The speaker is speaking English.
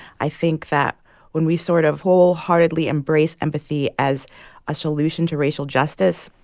i think that when we sort of wholeheartedly embrace empathy as a solution to racial justice,